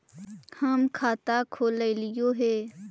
हम खाता खोलैलिये हे?